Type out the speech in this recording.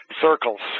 circles